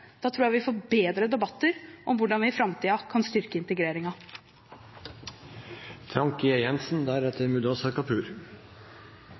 Da tror jeg vi får bedre debatter om hvordan vi i framtiden kan styrke